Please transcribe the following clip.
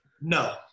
No